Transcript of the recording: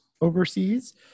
Overseas